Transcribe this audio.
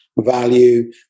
value